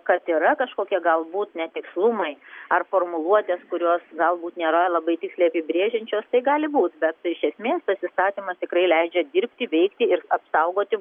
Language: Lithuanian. kad yra kažkokie galbūt netikslumai ar formuluotės kurios galbūt nėra labai tiksliai apibrėžiančios tai gali būt bet iš esmės tas įstatymas tikrai leidžia dirbti veikti ir apsaugoti